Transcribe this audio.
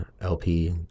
LP